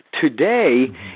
Today